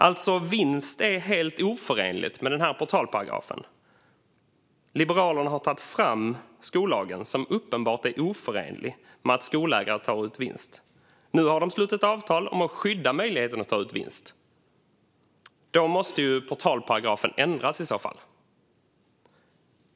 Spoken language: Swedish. Vinst är alltså helt oförenligt med den här portalparagrafen. Liberalerna har tagit fram skollagen, som uppenbart är oförenlig med att skolägare tar ut vinst. Nu har man slutit avtal om att skydda möjligheten att ta ut vinst, och i så fall måste ju portalparagrafen ändras.